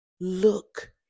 look